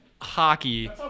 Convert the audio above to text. hockey